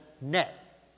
net